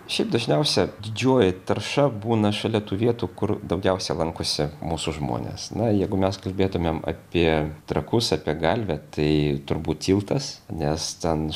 šiaip dažniausia didžioji tarša būna šalia tų vietų kur daugiausiai lankosi mūsų žmonės na jeigu mes kalbėtumėm apie trakus apie galvė tai turbūt tiltas nes ten